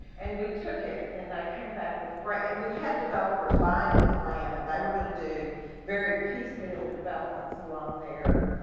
and we took it, and they came back with great, and we had developers buying up the land, and they were gonna do very piecemeal developments along there,